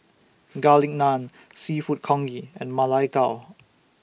Garlic Naan Seafood Congee and Ma Lai Gao